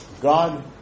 God